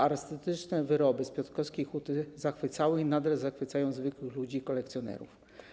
Artystyczne wyroby z piotrkowskiej huty zachwycały i nadal zachwycają zwykłych ludzi i kolekcjonerów.